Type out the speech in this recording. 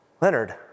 Leonard